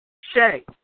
Shay